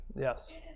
Yes